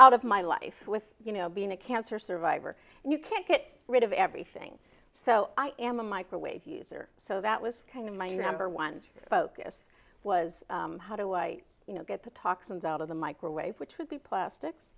out of my life with you know being a cancer survivor and you can't get rid of everything so i am a microwave user so that was kind of my new number one's focus was how do i you know get the toxins out of the microwave which would be plastics